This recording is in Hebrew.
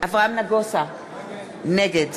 אברהם נגוסה, נגד